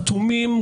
אטומים,